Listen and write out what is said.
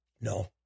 No